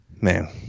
man